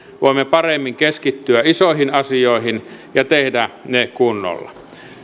voimme paremmin keskittyä isoihin asioihin ja tehdä ne kunnolla